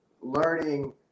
learning